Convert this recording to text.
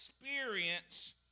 experience